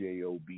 job